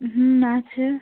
হুম আছে